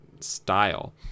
style